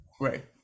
Right